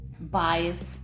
biased